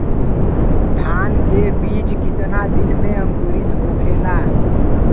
धान के बिज कितना दिन में अंकुरित होखेला?